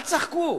אל תשחקו.